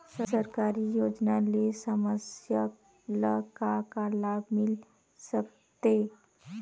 सरकारी योजना ले समस्या ल का का लाभ मिल सकते?